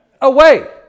away